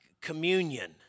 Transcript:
communion